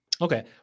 Okay